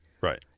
Right